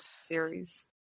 series